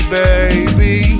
baby